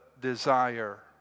desire